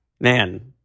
man